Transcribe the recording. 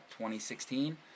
2016